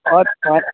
हय हय